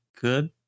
good